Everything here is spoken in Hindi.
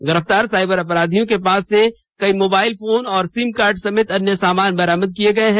गिरफ़तार साइबर अपराधियों के पास से कई मोबाइल फोन और सिम कार्ड समेत अन्य सामान बरामद किये गये है